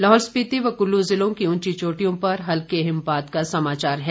लाहौल स्पिति व कुल्लू जिलों की उंची चोटियों पर हल्के हिमपात का समाचार है